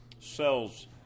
sells